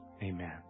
Amen